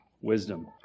wisdom